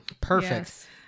Perfect